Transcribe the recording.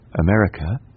America